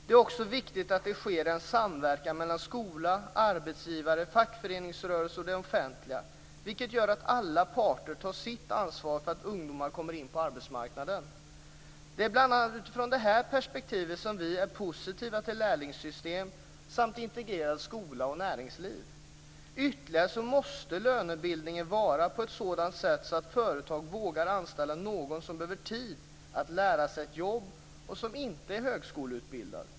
Det är också viktigt att det sker en samverkan mellan skola, arbetsgivare, fackföreningsrörelse och det offentliga, vilket gör att alla parter tar sitt ansvar för att ungdomar kommer in på arbetsmarknaden. Det är bl.a. utifrån det perspektivet som vi är positiva till lärlingssystem samt att integrera skola och näringsliv. Ytterligare måste lönebildningen vara på ett sådant sätt så att företag vågar anställa någon som behöver tid att lära sig ett jobb och som inte är högskoleutbildad.